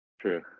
True